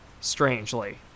Strangely